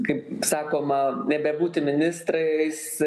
kaip sakoma nebebūti ministrais